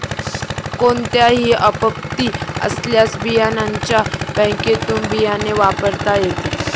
कोणतीही आपत्ती आल्यास बियाण्याच्या बँकेतुन बियाणे वापरता येते